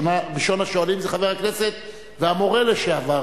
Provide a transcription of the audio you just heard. ראשון השואלים זה חבר הכנסת והמורה לשעבר,